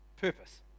purpose